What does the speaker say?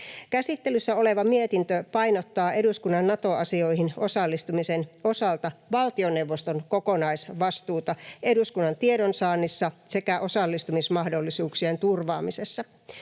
Käsittelyssä oleva mietintö painottaa eduskunnan Nato-asioihin osallistumisen osalta valtioneuvoston kokonaisvastuuta eduskunnan tiedonsaannissa sekä osallistumismahdollisuuksien turvaamisessa.